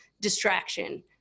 distraction